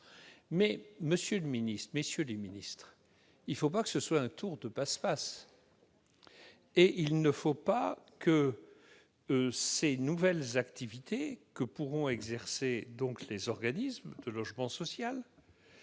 messieurs les ministres, cela ne doit pas être un tour de passe-passe. Il ne faut donc pas que les nouvelles activités que pourront exercer les organismes de logement social